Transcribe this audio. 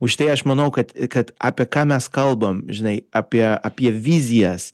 už tai aš manau kad kad apie ką mes kalbam žinai apie apie vizijas